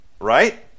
right